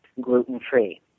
gluten-free